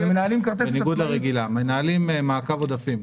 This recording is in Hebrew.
מנהלים מעקב עודפים.